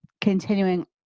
continuing